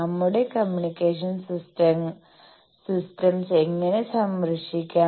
നമ്മുടെ communication systems എങ്ങനെ സംരക്ഷിക്കാം